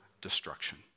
destruction